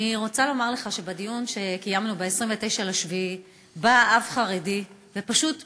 אני רוצה לומר לך שבדיון שקיימנו ב-29 ביולי בא אב חרדי ופשוט בכה,